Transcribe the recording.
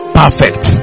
perfect